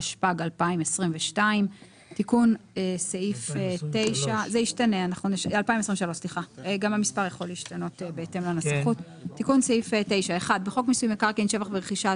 התשפ"ג-2023 תיקון סעיף 9 1. בחוק מיסוי מקרקעין (שבח ורכישה),